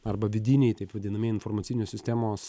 arba vidiniai taip vadinami informacinės sistemos